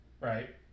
Right